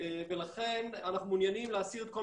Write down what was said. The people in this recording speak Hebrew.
ואין מישהו כאן שחולק